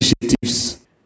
initiatives